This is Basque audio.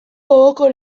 gogoko